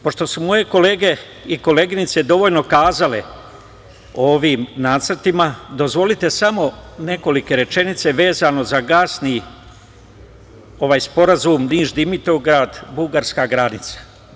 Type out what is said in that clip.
Pošto su moje kolege i koleginice dovoljno kazale o ovim nacrtima, dozvolite samo nekoliko rečenica vezano za gasni sporazum Niš – Dimitrovgrad - Bugarska (granica)